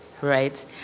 right